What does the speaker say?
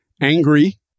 Angry